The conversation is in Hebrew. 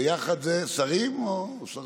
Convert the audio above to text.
ביחד זה שרים או שרות?